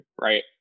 right